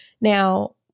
Now